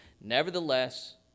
Nevertheless